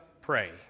pray